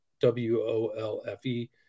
W-O-L-F-E